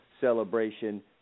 celebration